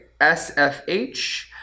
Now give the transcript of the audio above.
SFH